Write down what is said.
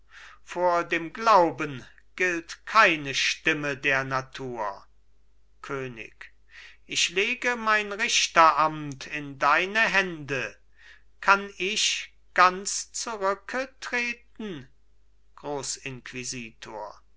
vor dem glauben gilt keine stimme der natur könig ich lege mein richteramt in deine hände kann ich ganz zurücke treten grossinquisitor